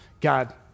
God